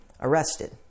arrested